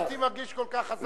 אני מבחינתי מרגיש כל כך חזק,